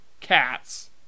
Cats